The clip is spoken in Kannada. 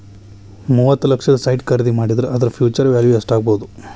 ಮೂವತ್ತ್ ಲಕ್ಷಕ್ಕ ಸೈಟ್ ಖರಿದಿ ಮಾಡಿದ್ರ ಅದರ ಫ್ಹ್ಯುಚರ್ ವ್ಯಾಲಿವ್ ಯೆಸ್ಟಾಗ್ಬೊದು?